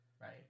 Right